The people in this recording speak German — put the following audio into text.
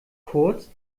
kurz